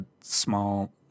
small